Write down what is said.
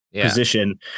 position